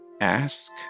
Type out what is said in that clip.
ask